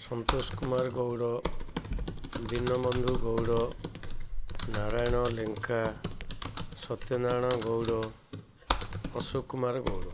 Santosh Kumar Gaud Dinabandhu Gaud Narayan Lenka Satyanarayan Gaud Ashok Kumar Gaud